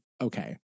okay